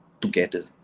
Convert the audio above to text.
together